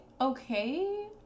okay